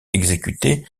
exécuté